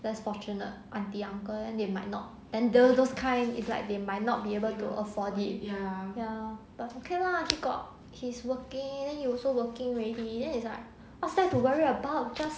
less fortunate aunty uncle then they might not and those those kind is like they might not be able to afford it ya ya but okay lah he got he's working then you also working already then it's like whats there to worry about just